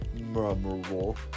Memorable